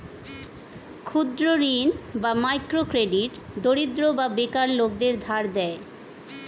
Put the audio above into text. ক্ষুদ্র ঋণ বা মাইক্রো ক্রেডিট দরিদ্র বা বেকার লোকদের ধার দেয়